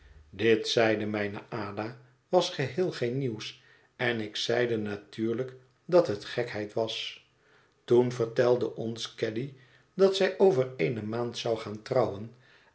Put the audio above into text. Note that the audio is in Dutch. dit zeide mijne ada was geheel geen nieuws én ik zeide natuurlijk dat het gekheid was toen vertelde ons caddy dat zij over eene maand zou gaan trouwen